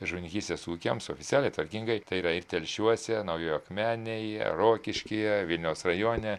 žuvininkystės ūkiams oficialiai tvarkingai tai yra ir telšiuose naujoje akmenėje rokiškyje vilniaus rajone